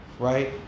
Right